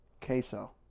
Queso